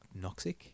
Noxic